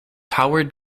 howard